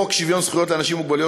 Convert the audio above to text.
חוק שוויון זכויות לאנשים עם מוגבלות